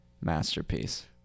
masterpiece